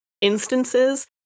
instances